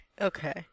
Okay